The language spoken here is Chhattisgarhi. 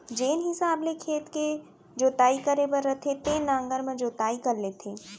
जेन हिसाब ले खेत के जोताई करे बर रथे तेन नांगर म जोताई कर लेथें